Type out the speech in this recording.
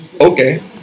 Okay